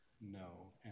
No